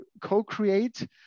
co-create